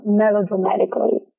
melodramatically